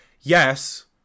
yes